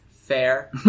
fair